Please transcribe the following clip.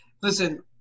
Listen